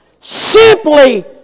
simply